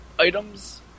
items